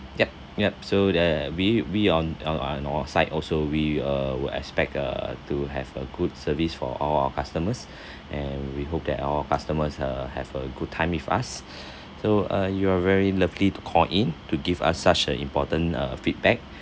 yup yup so the we we on on on our side also we uh would expect uh to have a good service for all our customers and we hope that all our customers uh have a good time with us so uh you are very lovely to call in to give us such a important uh feedback